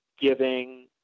giving